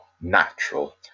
natural